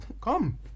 come